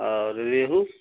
اور ریہو